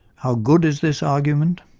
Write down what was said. how good is this argument?